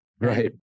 Right